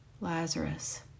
Lazarus